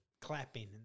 clapping